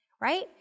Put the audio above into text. right